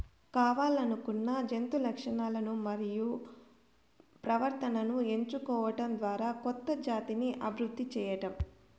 కావల్లనుకున్న జంతు లక్షణాలను మరియు ప్రవర్తనను ఎంచుకోవడం ద్వారా కొత్త జాతిని అభివృద్ది చేయడం